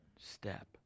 step